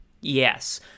Yes